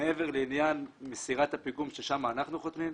מעבר לעניין מסירת הפיגום, ששם אנחנו חותמים,